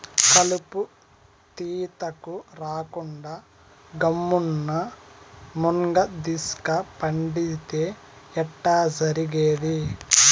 కలుపు తీతకు రాకుండా గమ్మున్న మున్గదీస్క పండితే ఎట్టా జరిగేది